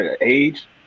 Age